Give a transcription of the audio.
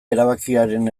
erabakiaren